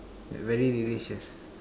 very delicious